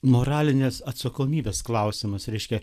moralinės atsakomybės klausimas reiškia